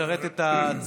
לשרת את הציבור.